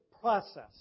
process